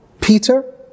Peter